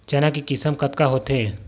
चना के किसम कतका होथे?